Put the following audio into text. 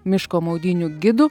miško maudynių gidų